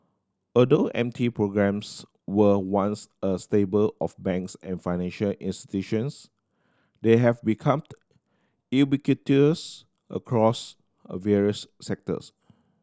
although M T programmes were once a staple of banks and financial institutions they have become ubiquitous across a various sectors